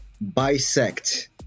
bisect